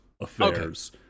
affairs